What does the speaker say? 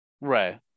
right